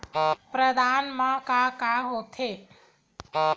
प्रदाता मा का का हो थे?